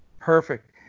Perfect